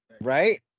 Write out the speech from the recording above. Right